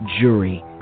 jury